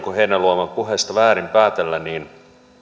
heinäluoman puheesta väärin päätellä